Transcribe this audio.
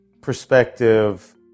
perspective